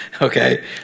Okay